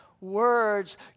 words